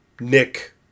Nick